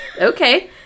Okay